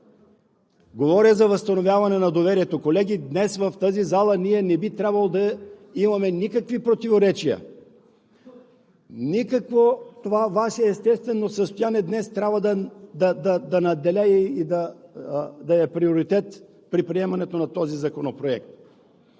Говоря за възстановяване на доверието. Колеги, днес в тази зала не би трябвало да имаме никакви противоречия. Това Ваше естествено състояние днес трябва да надделее и да е приоритет при приемането на този законопроект.